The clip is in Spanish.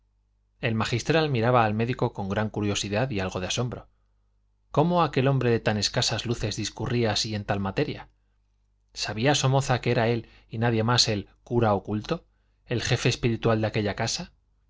el magistral miraba al médico con gran curiosidad y algo de asombro cómo aquel hombre de tan escasas luces discurría así en tal materia sabía somoza que era él y nadie más el cura oculto el jefe espiritual de aquella casa